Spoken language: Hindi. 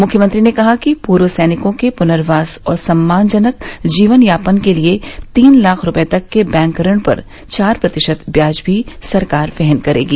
मुख्यमंत्री ने कहा कि पूर्व सैनिकों के पुनर्वास और सम्मानजनक जीवन यापन के लिये तीन लाख रूपये तक के बैंक ऋण पर चार प्रतिशत ब्याज भी सरकार वहन करेगी